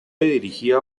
dirigida